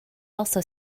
also